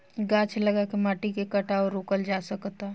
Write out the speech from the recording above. गाछ लगा के माटी के कटाव रोकल जा सकता